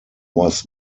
was